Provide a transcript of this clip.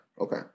Okay